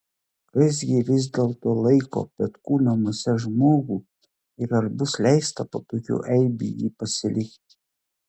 kas gi vis dėlto laiko petkų namuose žmogų ir ar bus leista po tokių eibių jį pasilikti